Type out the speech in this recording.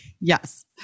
yes